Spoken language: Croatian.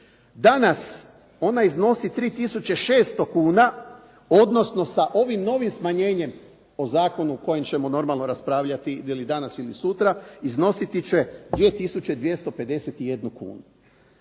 Danas ona iznosi 3 tisuće 600 kuna, odnosno sa ovim novim smanjenjem po zakonu o kojem ćemo normalno raspravljati ili danas ili sutra, iznositi će 2 tisuće